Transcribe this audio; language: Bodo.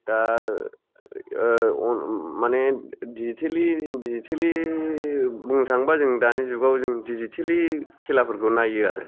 ओ अन माने दिजिटेलि डिजिटेलि बुंनो थाङोबा जों दानि जुगाव जों डिजिटेलि खेलाफोरखौ नायो आरो